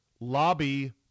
lobby